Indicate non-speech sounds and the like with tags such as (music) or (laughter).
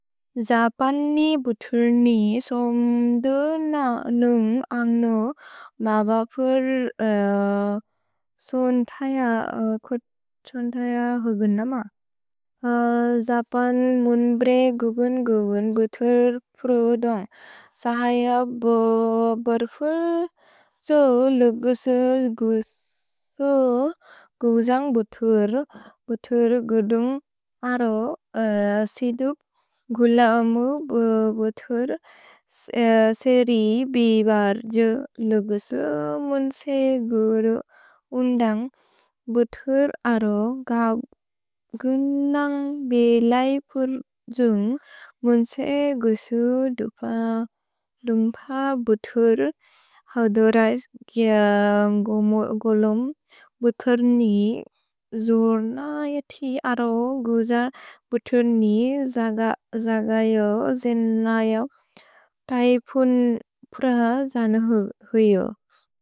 जपन् नि बुतुर् नि सोम् दु न नुन्ग् अन्ग् नु म बपुर् सोन् थय हुगुन् नम। जपन् मुन् ब्रे गुबुन् गुबुन् बुतुर् प्रुदुन्ग्। सहय बो बर्फुल् सो लुगुसुल् (hesitation) गुजन्ग् बुतुर्। भुतुर् गुदुन्ग् अरो सिदुप् गुलमु बु बुतुर्। सेरि बि बर् जु लुगुसुल् मुन्से गुरु उन्दन्ग्। भुतुर् अरो ग गुन्दन्ग् बिलैपुर् द्जुन्ग् मुन्से गुजु दुप लुम्प बुतुर्। हौदुर् ऐज् गुलमु बुतुर् नि जुर् न यति अरो गुज बुतुर् नि जग जग यो जिन् न यो। थय पुन् प्रह जन हुयो।